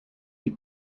die